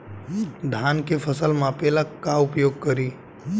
धान के फ़सल मापे ला का उपयोग करी?